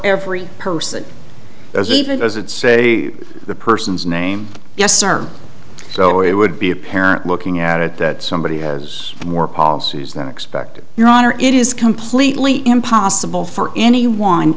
every person as even as it say the person's name yes sir so it would be apparent looking at it that somebody has more policies than expected your honor it is completely impossible for anyone